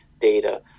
data